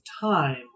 time